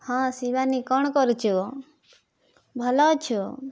ହଁ ଶିବାନୀ କ'ଣ କରୁଛୁ ଭଲ ଅଛୁ